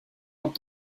moins